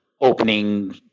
opening